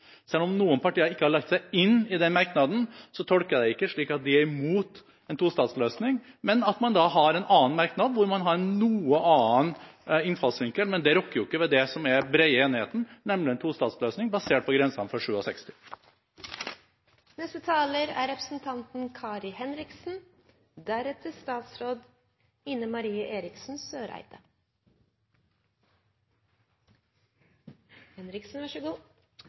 Selv om noen partier ikke er med på den merknaden, tolker jeg ikke det som at de er imot en tostatsløsning, men at man har en annen merknad, hvor man har en noe annen innfallsvinkel. Men det rokker ikke ved det som er den brede enigheten, nemlig en tostatsløsning, basert på grensene